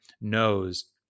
knows